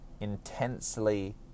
intensely